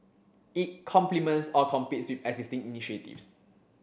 it complements or competes with existing initiatives